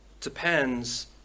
depends